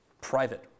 private